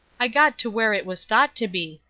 i got to where it was thought to be.